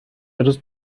روز